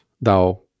Thou